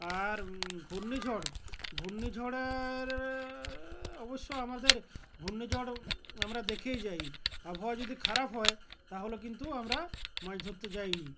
আর ঘূর্ণিঝড় ঘূর্ণিঝড়ের অবশ্য আমাদের ঘূর্ণিঝড় আমরা দেখেই যাই আবহাওয়া যদি খারাপ হয় তাহলে কিন্তু আমরা মাছ ধরতে যাইনি